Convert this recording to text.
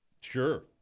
Sure